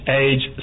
age